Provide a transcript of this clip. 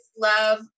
love